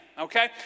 okay